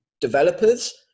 developers